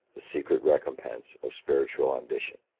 the secret recompense of spiritual ambition.